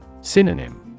Synonym